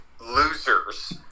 losers